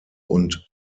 und